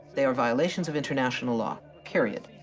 they are violations of international law, period.